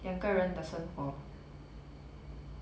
两个人的生活